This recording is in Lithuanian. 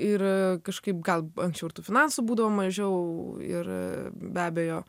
ir kažkaip gal anksčiau ir tų finansų būdavo mažiau ir be abejo